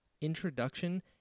introduction